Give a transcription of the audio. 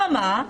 אבל מה,